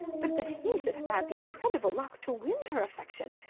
but that he should have had the incredible luck to win her affection.